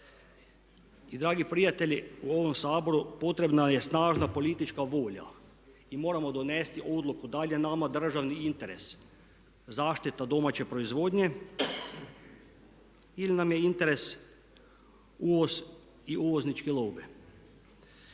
Dragi prijatelji u ovom Saboru potrebna je snažna politička volja i moramo donijeti odluku da li je nama državni interes zaštita domaće proizvodnje ili nam je interes uvoz i uvoznički lobij.